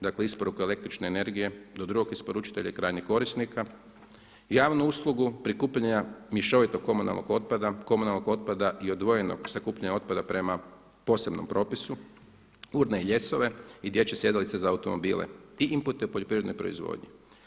Dakle, isporuka električne energije do drugog isporučitelja i krajnjeg korisnika, javnu uslugu prikupljanja mješovitog komunalnog otpada, komunalnog otpada i odvojenog sakupljanja otpada prema posebnom propisu, urne i ljesove i dječje sjedalice za automobile i inpute u poljoprivrednoj proizvodnji.